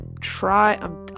try